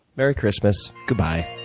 merry christmas. goodbye.